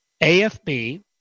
AFB